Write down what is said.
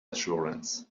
assurance